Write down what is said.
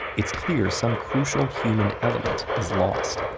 it's clear some crucial human element is lost.